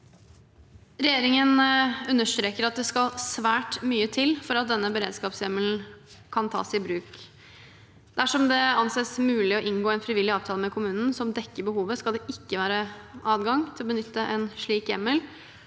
Regjeringen understreker at det skal svært mye til for at denne beredskapshjemmelen skal kunne tas i bruk. Dersom det anses mulig å inngå en frivillig avtale med kommunen, som dekker behovet, skal det ikke være adgang til å benytte en slik hjemmel.